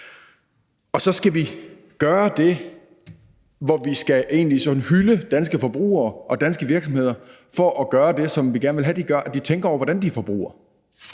Så skal vi gøre det, at vi sådan egentlig hylder danske forbrugere og danske virksomheder for at gøre det, som vi gerne vil have at de gør, nemlig at de tænker over, hvordan de forbruger,